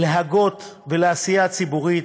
להגות ולעשייה ציבורית.